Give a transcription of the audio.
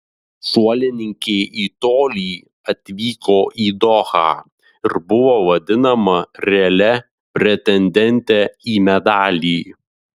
šuolininkė į tolį atvyko į dohą ir buvo vadinama realia pretendente į medalį